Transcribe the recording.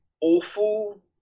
awful